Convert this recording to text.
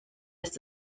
ist